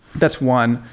that's one.